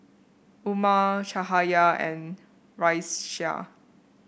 Umar Cahaya and Raisya